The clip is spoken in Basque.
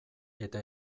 eta